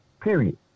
period